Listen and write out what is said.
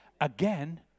Again